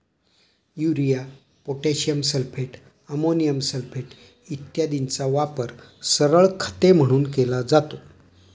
urea, potassium sulphate, ammonium sulphate इत्यादींचा वापर सरळ खते म्हणून केला जातो